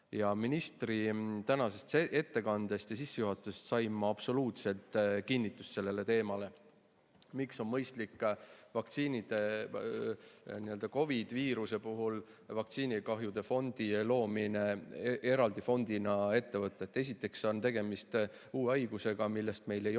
Ministri tänasest ettekandest ja sissejuhatust sain ma absoluutselt kinnitust sellele teemale, miks on mõistlik COVID-viiruse puhul vaktsiinikahjude fondi loomine eraldi fondina ette võtta. Esiteks on tegemist uue haigusega, millest meil ei ole